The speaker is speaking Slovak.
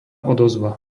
odozva